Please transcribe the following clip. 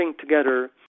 together